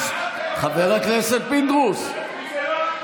חבר הכנסת פינדרוס, כי זה לא אחדות.